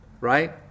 Right